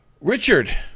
richard